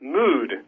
mood